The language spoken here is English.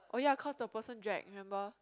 oh ya cause the person drag remember